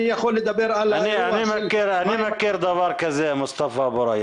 אני מכיר דבר כזה, מוסטפא אבו ריא.